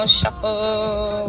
shuffle